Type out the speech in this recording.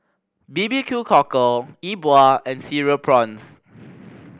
B B Q Cockle Yi Bua and Cereal Prawns